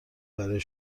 برای